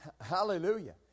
Hallelujah